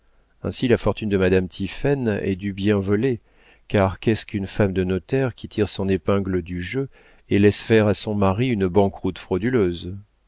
ainsi la fortune de madame tiphaine est du bien volé car qu'est-ce qu'une femme de notaire qui tire son épingle du jeu et laisse faire à son mari une banqueroute frauduleuse